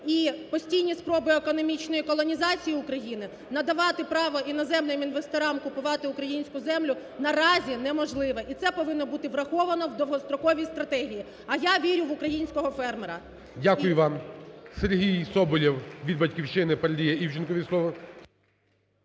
і постійні спроби економічної колонізації України, надавати право іноземним інвесторам купувати українську землю наразі неможливо. І це повинно бути враховано в довгостроковій стратегії. А я вірю в українського фермера. ГОЛОВУЮЧИЙ. Дякую вам. Сергій Соболєв від "Батьківщини" передає Івченкові слово.